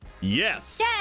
Yes